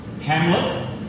Hamlet